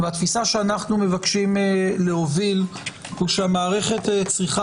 התפיסה שאנו מבקשים להוביל היא שהמערכת צריכה